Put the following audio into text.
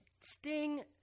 Sting